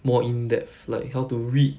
more in depth like how to read